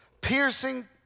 piercing